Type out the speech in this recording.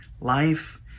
Life